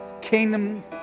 Kingdom